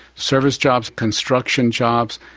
service jobs, construction jobs,